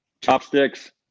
chopsticks